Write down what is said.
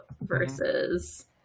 versus